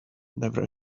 never